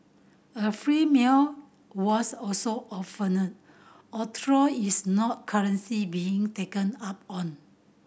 a free meal was also offered although it's not currency being taken up on